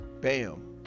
Bam